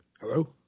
Hello